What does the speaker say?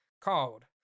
called